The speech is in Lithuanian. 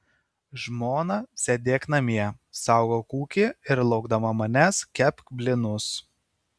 žmona sėdėk namie saugok ūkį ir laukdama manęs kepk blynus